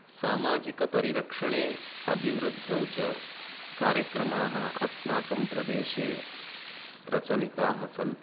सामाजिकपरिरक्षणे अभिवृद्धौ च कार्यक्रमाः अस्माकं प्रदेशे प्रचलिताः सन्ति